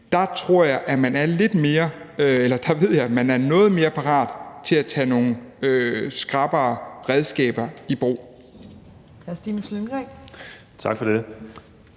det ved jeg, at man er noget mere parat til at tage nogle skrappere redskaber i brug.